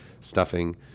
stuffing